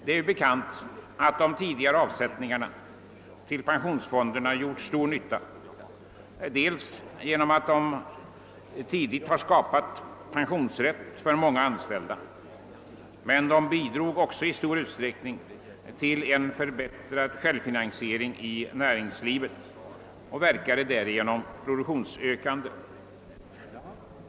De tidigare avsättningarna till pensionsfonderna gjorde stor nytta dels ge nom att de tidigt skapade pensionsrätt för många anställda, dels därför att de i stor utsträckning bidrog till en förbättrad självfinansiering i näringslivet och därigenom verkade produktionsökande.